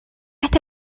hasta